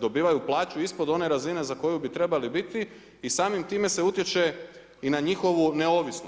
dobivaju plaću ispod one razine za koju bi trebali biti i samim time se utječe i na njihovu neovisnost.